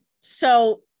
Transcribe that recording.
So-